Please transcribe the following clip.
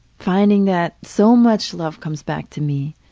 finding that so much love comes back to me.